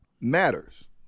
matters